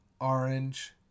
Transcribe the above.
orange